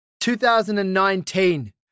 2019